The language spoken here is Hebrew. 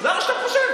זה מה שאתה חושב?